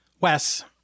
Wes